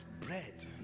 bread